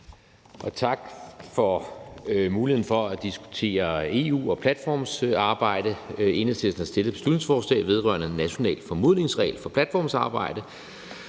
tak for muligheden for at diskutere EU og platformsarbejde. Enhedslisten har fremsat et beslutningsforslag vedrørende en national formodningsregel for platformsarbejde,